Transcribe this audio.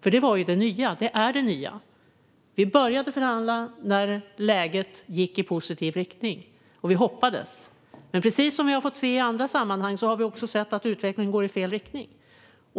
Det är ju det nya. Vi började förhandla när läget förändrades i positiv riktning, och vi hoppades. Men precis som vi har fått se i andra sammanhang har vi också sett att utvecklingen går i fel riktning.